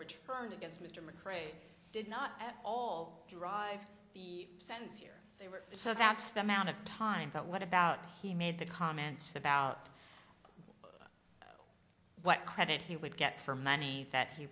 and against mr mcrae did not at all drive the sense here they were so that's the amount of time but what about he made the comment about what credit he would get for money that he